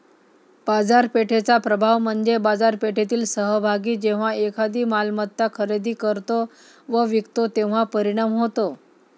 बाजारपेठेचा प्रभाव म्हणजे बाजारपेठेतील सहभागी जेव्हा एखादी मालमत्ता खरेदी करतो व विकतो तेव्हा परिणाम होतो